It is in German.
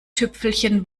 tüpfelchen